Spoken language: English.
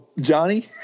Johnny